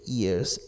years